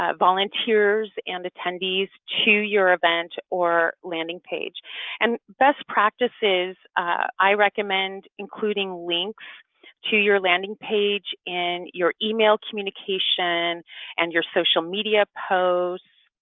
ah volunteers and attendees to your event or landing page and best practices i recommend including links to your landing page in your email communication and your social media posts.